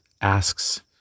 asks